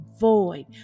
void